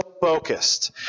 focused